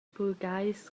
burgheis